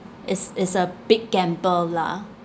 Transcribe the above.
is is a big gamble lah